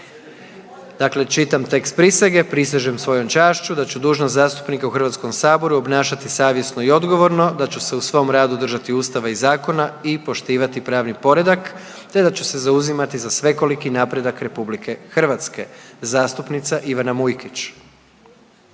Pročitat ću tekst prisege. Prisežem svojom čašću da ću dužnost zastupnika u Hrvatskom saboru obnašati savjesno i odgovorno i da ću se u svom radu držati Ustava i zakona i poštovati pravni poredak te da ću se zauzimati za svekoliki napredak RH. Zastupnik Frane Tokić.